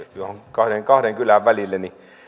kahden kahden kylän välille